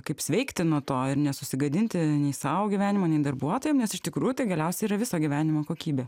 kaip sveikti nuo to ir nesusigadinti nei sau gyvenimo nei darbuotojam nes iš tikrųjų tai galiausiai yra viso gyvenimo kokybė